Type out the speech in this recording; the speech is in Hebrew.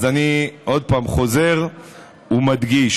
אז אני עוד פעם חוזר ומדגיש.